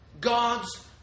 God's